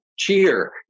cheer